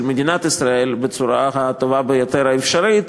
מדינת ישראל בצורה הטובה ביותר האפשרית.